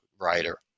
writer